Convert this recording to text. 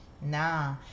nah